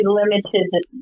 limited